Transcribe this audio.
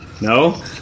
No